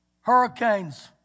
Hurricanes